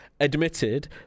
admitted